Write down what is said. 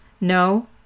No